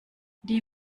die